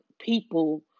people